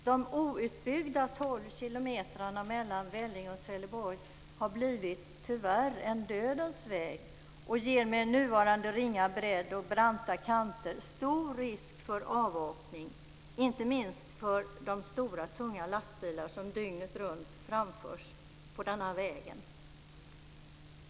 De outbyggda 12 kilometrarna mellan Vellinge och Trelleborg har tyvärr blivit en dödens väg. Med nuvarande ringa bredd och branta kanter är det stor risk för avåkning, inte minst för de stora, tunga lastbilar som dygnet runt framförs på denna väg.